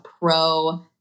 pro